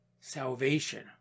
salvation